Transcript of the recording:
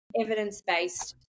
evidence-based